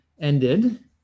ended